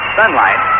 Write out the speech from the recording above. sunlight